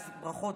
אז ברכות,